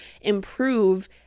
improve